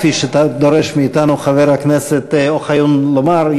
כפי שדורש מאתנו חבר הכנסת אוחיון לומר,